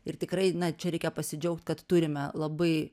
ir tikrai na čia reikia pasidžiaugt kad turime labai